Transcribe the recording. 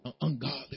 ungodly